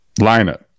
Lineup